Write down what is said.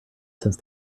since